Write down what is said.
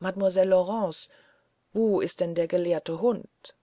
mademoiselle laurence wo ist denn der gelehrte hund